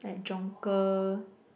like Jonker